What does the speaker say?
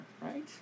right